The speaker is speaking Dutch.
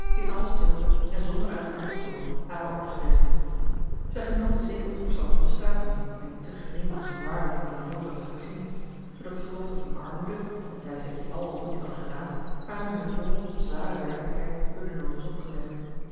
in alle stilte en zonder uiterlijk vertoon hare ordesregelen zij genoten zekeren onderstand van de staten maar die te gering was om waarlijk in hare nooddruft te voorzien zoodat de gelofte van armoede hetzij ze die al of niet hadden gedaan haar nu in volle zware werkelijkheid door den nood was opgelegd